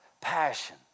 Passion